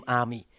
army